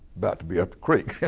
about to be up the creek. yeah